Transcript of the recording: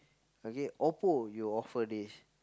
okay Oppo you offer this